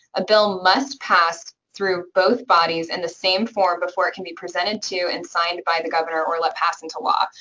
a bill must pass through both bodies in the same form before it can be presented to and signed by the governor or let pass into law.